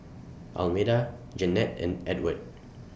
Almeda Jennette and Edward